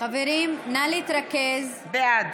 בעד